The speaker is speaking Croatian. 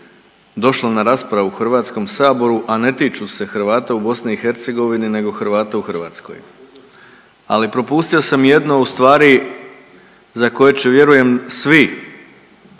došla na raspravu u HS, a ne tiču se Hrvata u BiH nego Hrvata u Hrvatskoj, ali propustio sam jedno ustvari za koje će vjerujem svi,